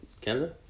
Canada